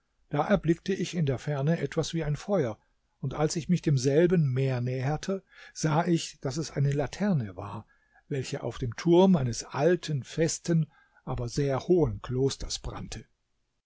da erblickte ich in der ferne etwas wie ein feuer und als ich mich demselben mehr näherte sah ich daß es eine laterne war welche auf dem turm eines alten festen aber sehr hohen klosters brannte